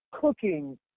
cooking